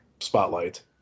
spotlight